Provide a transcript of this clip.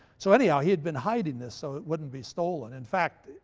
so anyhow he had been hiding this so it wouldn't be stolen. in fact,